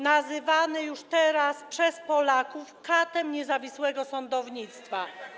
nazywany już teraz przez Polaków katem niezawisłego sądownictwa.